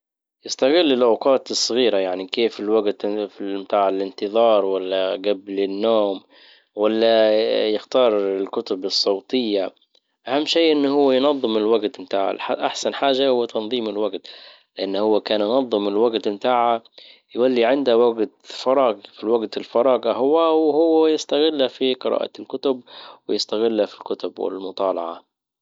استغل الاوقات الصغيرة يعني كيف الوقت متاع الانتظار ولا قبل النوم. ولا يختار الكتب الصوتية. اهم شيء انه هو ينظم الوجت بتاع احسن حاجة هو تنظيم الوجت. لان هو كان ينظم الوجت متاعها يولي عنده وجت فراغ في وجت الفراغ اهو وهو يستغله في قراءة الكتب ويستغله في الكتب والمطالعة.